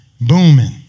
booming